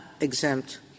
exempt